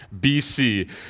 BC